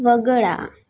वगळा